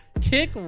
kick